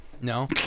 No